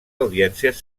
audiències